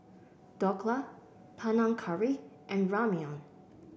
Dhokla Panang Curry and Ramyeon